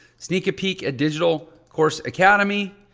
sneak a peek at digital course academy.